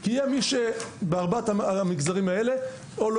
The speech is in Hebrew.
כי יהיה מי שבארבעת המגזרים האלה או לא